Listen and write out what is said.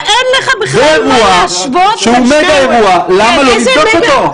זה אירוע שהוא מגה-אירוע, למה לא לבדוק אותו?